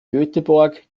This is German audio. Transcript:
göteborg